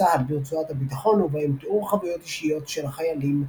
צה"ל ברצועת הביטחון ובהם תיאור חוויות אישיות של החיילים,